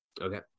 Okay